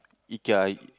Ikea I~